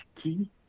key